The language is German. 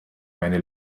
meine